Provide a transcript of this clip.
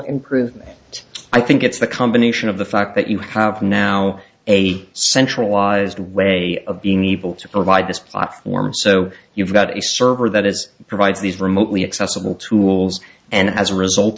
improvement i think it's the combination of the fact that you have now a centralized way of being able to provide this platform so you've got a server that is provides these remotely accessible tools and as a result